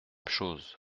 chose